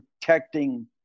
protecting